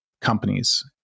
companies